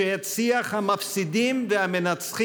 חמתם